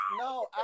No